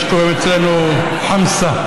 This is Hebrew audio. מה שקוראים אצלנו חמסה,